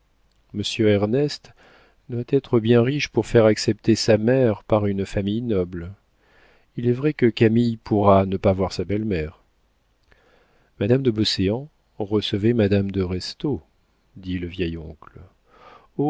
ernest doit être bien riche pour faire accepter sa mère par une famille noble il est vrai que camille pourra ne pas voir sa belle-mère madame de beauséant recevait madame de restaud dit le